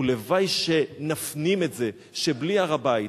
ולוואי שנפנים את זה שבלי הר-בית,